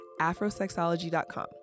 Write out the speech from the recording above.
Afrosexology.com